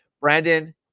Brandon